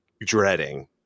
dreading